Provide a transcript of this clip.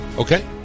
Okay